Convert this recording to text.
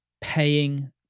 paying